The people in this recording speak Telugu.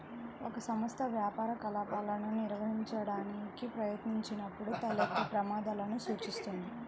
ఒక సంస్థ వ్యాపార కార్యకలాపాలను నిర్వహించడానికి ప్రయత్నించినప్పుడు తలెత్తే ప్రమాదాలను సూచిస్తుంది